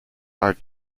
are